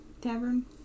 Tavern